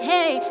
Hey